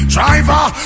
Driver